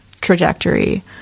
trajectory